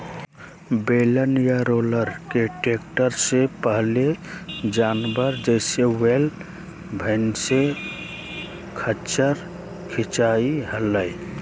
बेलन या रोलर के ट्रैक्टर से पहले जानवर, जैसे वैल, भैंसा, खच्चर खीचई हलई